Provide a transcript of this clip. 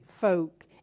folk